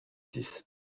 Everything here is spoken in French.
six